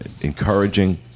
encouraging